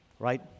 Right